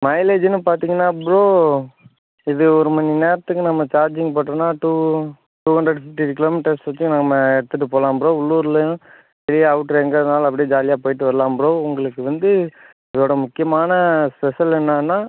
மைலேஜுன்னு பார்த்தீங்கனா ப்ரோ இது ஒரு மணி நேரத்துக்கு நம்ம சார்ஜிங் போட்டோம்னா two two hundred fifty kilometres வரைக்கும் நம்ம எடுத்துகிட்டு போகலாம் ப்ரோ உள்ளூர்லேயும் வெளியே அவுட்ரு எங்கே வேணாலும் அப்படியே ஜாலியாக போயிட்டு வரலாம் ப்ரோ உங்களுக்கு வந்து இதோடய முக்கியமான ஸ்பெஷல் என்னென்னா